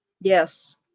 Yes